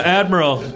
admiral